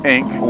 Inc